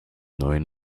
neuen